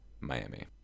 Miami